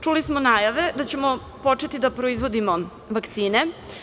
Čuli smo najave da ćemo početi da proizvodimo vakcine.